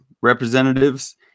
representatives